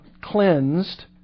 cleansed